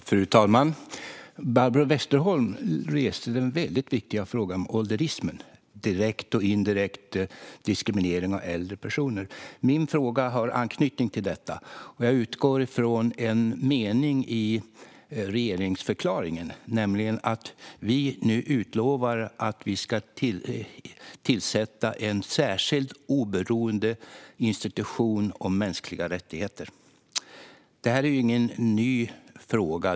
Fru talman! Barbro Westerholm reste den väldigt viktiga frågan om ålderismen - direkt och indirekt diskriminering av äldre personer. Min fråga har anknytning till detta. Jag utgår från en mening i regeringsförklaringen där det utlovas att en oberoende institution för mänskliga rättigheter ska inrättas. Detta är ingen ny fråga.